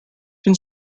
been